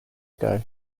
ago